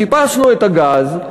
חיפשנו את הגז.